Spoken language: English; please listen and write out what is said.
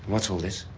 what's all this?